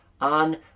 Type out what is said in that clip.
on